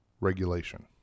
regulation